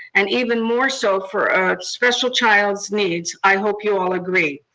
and even more so for a special child's needs. i hope you all agree.